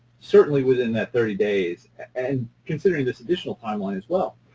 certainly within that thirty days, and considering this additional time line as well.